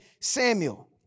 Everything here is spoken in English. Samuel